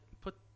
put